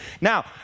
Now